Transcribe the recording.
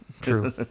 true